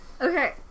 Okay